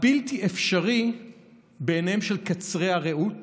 הבלתי-אפשרי בעיניהם של קצרי הראות,